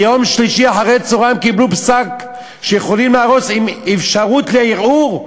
ביום שלישי אחרי-הצהריים קיבלו פסק שיכולים להרוס עם אפשרות לערעור.